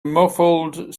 muffled